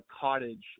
cottage